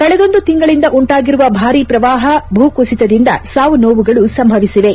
ಕಳೆದೊಂದು ತಿಂಗಳಿಂದ ಉಂಟಾಗಿರುವ ಭಾರಿ ಪ್ರವಾಪ ಭೂಕುಸಿತದಿಂದ ಸಾವುನೋವುಗಳು ಸಂಭವಿಸಿವೆ